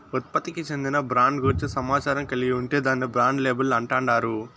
ఉత్పత్తికి చెందిన బ్రాండ్ గూర్చి సమాచారం కలిగి ఉంటే దాన్ని బ్రాండ్ లేబుల్ అంటాండారు